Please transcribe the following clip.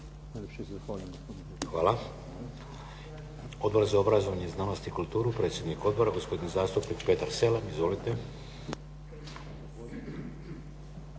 Hvala.